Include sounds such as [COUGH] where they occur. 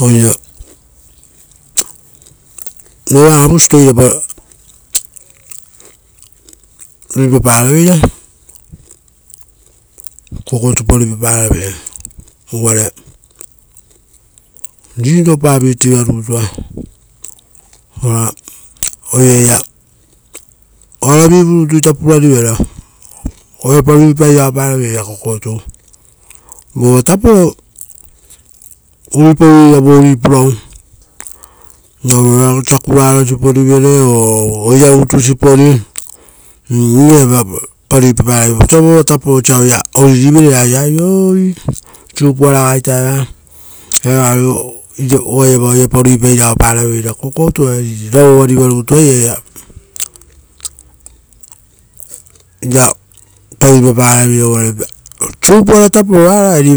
Oire, [NOISE] ro abusto varuereto [NOISE] irapa ruipapa raveira, kokotu pa ruipapa raveira, uvare riropa meat sopee va rutua, ora oira ia oravi vurutu purarivere. Orapa ruipai rao para veira kokotu. Uva va taporo oira ia vori purau, vo sa oira takura ro sipori vere o, oira rutu sipori vosa vova tapo vosa oira oriri vere oi! Supua ragaita evaa. Eva oa iava oirapa rupapa irao para veira. Kokotu arireplaced with rovoo pava rutu eira iriapa ruipapa raveira, uvare su supu ara tapo varao ari